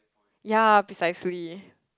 yeah precisely